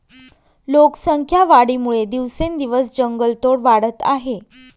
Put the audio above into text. लोकसंख्या वाढीमुळे दिवसेंदिवस जंगलतोड वाढत आहे